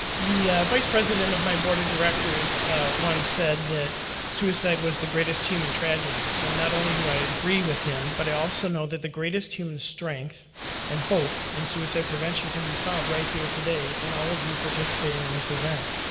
the vice president of my board of directors once said that suicide was the greatest human tragedy, and not only do i agree with him, but i also know that the greatest human strength and hope in suicide prevention can be found right here today in all of you participating in this event.